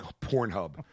Pornhub